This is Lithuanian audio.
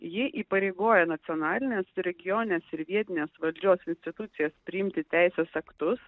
ji įpareigoja nacionalinės regioninės ir vietinės valdžios institucijos priimti teisės aktus